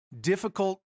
difficult